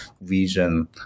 vision